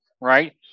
right